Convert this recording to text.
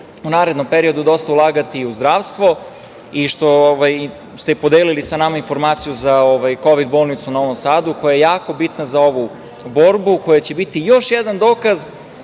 u narednom periodu dosta ulagati i u zdravstvo i što ste podelili sa nama informaciju za Kovid bolnicu u Novom Sadu, koja je jako bitna za ovu borbu, koja će biti još jedan dokaz